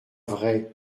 vrai